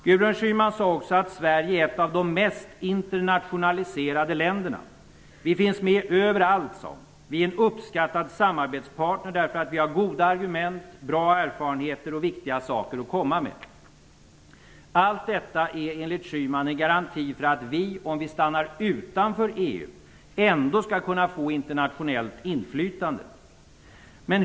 Gudrun Schyman sade också att Sverige är ett av de mest internationaliserade länderna - vi finns med över allt, sade hon. Vi är en uppskattad samarbetspartner därför att vi har goda argument, bra erfarenheter och viktiga saker att komma med. Allt detta är enligt Gudrun Schyman en garanti för att vi, om vi stannar utanför EU, ändå skall kunna få internationellt inflytande.